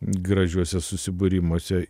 gražiuose susibūrimuose